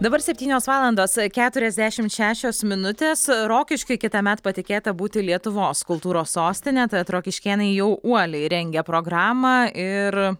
dabar septynios valandos keturiasdešimt šešios minutės rokiškiui kitąmet patikėta būti lietuvos kultūros sostine tad rokiškėnai jau uoliai rengia programą ir